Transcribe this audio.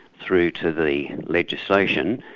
through to the legislation,